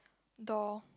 door